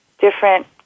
different